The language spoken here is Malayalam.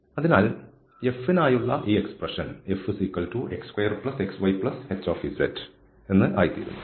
അതിനാൽ f നായുള്ള ഈ എക്സ്പ്രഷൻ fx2xyh എന്ന ആയിത്തീരുന്നു